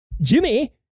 Jimmy